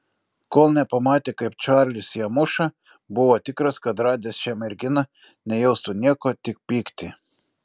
kol nepamatė kaip čarlis ją muša buvo tikras kad radęs šią merginą nejaustų nieko tik pyktį